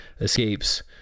escapes